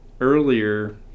earlier